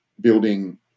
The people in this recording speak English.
building